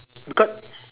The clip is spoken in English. becau~